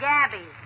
Gabby